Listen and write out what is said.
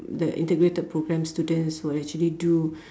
the integrated program students will actually do